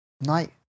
Night